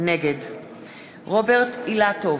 נגד רוברט אילטוב,